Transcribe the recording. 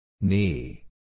Knee